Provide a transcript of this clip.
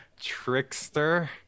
trickster